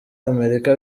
amerika